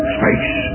Space